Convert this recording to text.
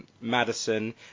Madison